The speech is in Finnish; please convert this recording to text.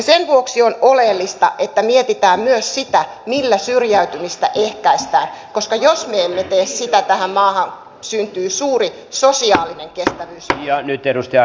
sen vuoksi on oleellista että mietitään myös millä syrjäytymistä ehkäistään koska jos me emme tee sitä tähän maahan syntyy suuri sosiaalinen kestävyysvaje